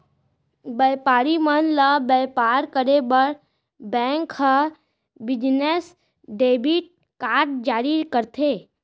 बयपारी मन ल बयपार करे बर बेंक ह बिजनेस डेबिट कारड जारी करथे